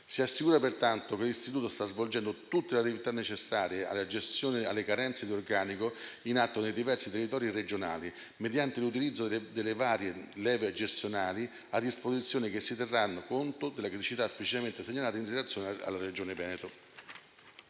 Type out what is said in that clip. Si assicura pertanto che l'istituto sta svolgendo tutte le attività necessarie alla gestione delle carenze di organico in atto nei diversi territori regionali, mediante l'utilizzo delle varie leve gestionali a disposizione e che si terrà conto delle criticità specificamente segnalate in relazione alla Regione Veneto.